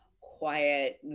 quiet